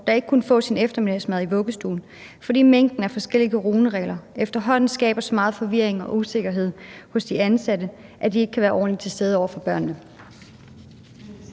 der ikke kunne få sin eftermiddagsmad i vuggestuen, fordi mængden af forskellige coronaregler efterhånden skaber så meget forvirring og usikkerhed hos de ansatte, at de ikke kan være ordentligt til stede over for børnene?